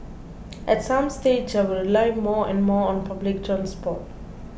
at some stage I will rely more and more on public transport